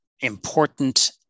important